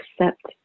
accept